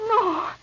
No